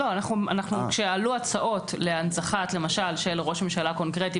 כשעלו הצעות להנצחת למשל של ראש ממשלה קונקרטי,